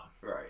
Right